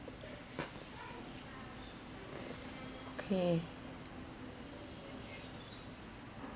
okay